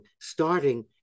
starting